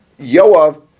Yoav